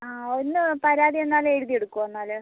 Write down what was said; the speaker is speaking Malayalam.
ആ ഒന്ന് പരാതി തന്നാൽ എഴുതി എടുക്കുമോ എന്നാൽ